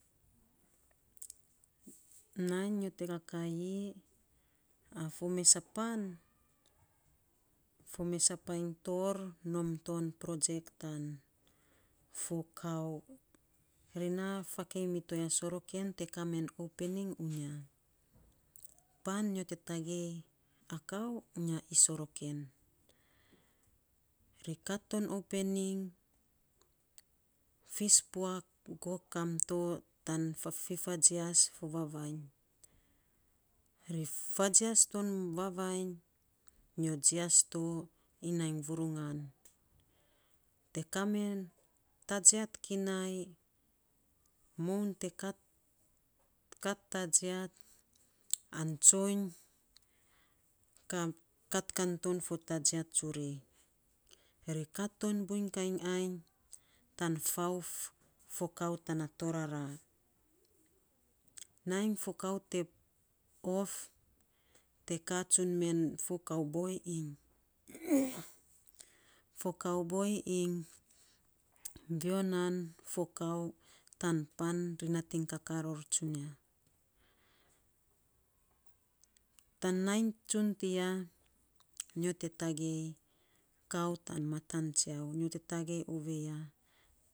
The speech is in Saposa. nainy nyo te kakaii, a fo mes a pan fo mes a pan toor nom ton protsek tan fo kau. Ri naa faakei mitoya soroken te kaa men open nin. Pan nyo te tagei a kau uya soroken. Ri kat ton open nin fis puak go kam to tan fa fi fa jias fo vavainy. Ri fajias ton vavainy, nyo jias to iny nainy vurugan te kaa men tajiat kinai, moun, te kat kat tajiat an tsoiny kam kat kan ton fo tajiat tsuri. Ri kat ton buiny kain ainy, tan fauf fo kau tana torara, nainy fo kau te of, te kaatsun men fo kau boi iny fo kau boi iny vio nan fo kau tan pan ri natiny kakaa ror tsunia. Tan nainy tsun tiya, nyo te tagei kau tan matan tsiau, nyo te tagei ovei ya.